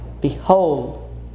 Behold